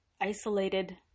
isolated